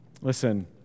Listen